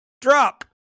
drop